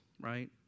right